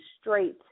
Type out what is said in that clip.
straight